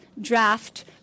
draft